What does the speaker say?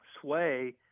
sway